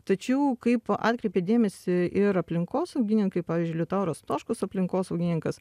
tačiau kaip atkreipė dėmesį ir aplinkosaugininkai pavyzdžiui liutauras stoškus aplinkosaugininkas